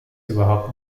überhaupt